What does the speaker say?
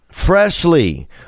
Freshly